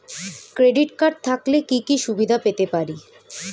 Credit card থাকলে কি কি সুবিধা পেতে পারি?